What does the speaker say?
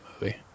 movie